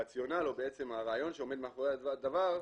הרציונל או הרעיון שעומד מאחורי הדבר,